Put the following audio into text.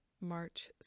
March